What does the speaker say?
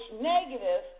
negative